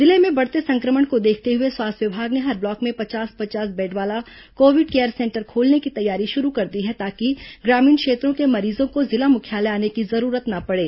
जिले में बढ़ते संक्रमण को देखते हुए स्वास्थ्य विभाग ने हर ब्लॉक में पचास पचास बेड वाला कोविड केयर सेंटर खोलने की तैयारी शुरू कर दी है ताकि ग्रामीण क्षेत्रों के मरीजों को जिला मुख्यालय आने की जरूरत न पडे